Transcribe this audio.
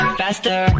faster